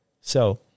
So